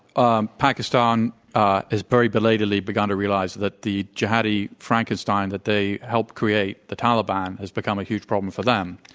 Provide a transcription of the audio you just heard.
um pakistan ah has very belatedly begun to realize that the jihadi frankenstein that they helped create, the taliban, has become a huge problem for them.